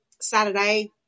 Saturday